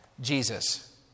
Jesus